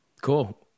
Cool